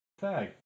tag